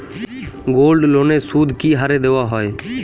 গোল্ডলোনের সুদ কি হারে দেওয়া হয়?